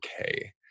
okay